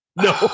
No